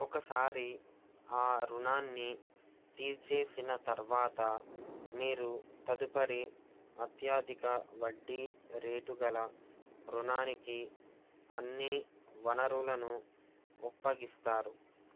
ఒకసారి ఆ రుణాన్ని తీర్చేసిన తర్వాత మీరు తదుపరి అత్యధిక వడ్డీ రేటు గల రుణానికి అన్ని వనరులను అప్పగిస్తారు